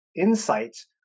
insights